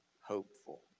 hopeful